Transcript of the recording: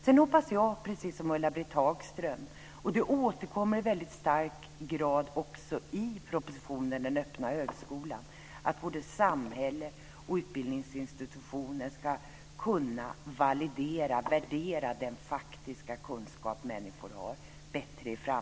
Sedan hoppas jag, precis som Ulla-Britt Hagström - och det återkommer också i hög grad i propositionen Den öppna högskolan - att både samhälle och utbildningsinstitution i framtiden bättre än i dag ska kunna värdera den faktiska kunskap människor har.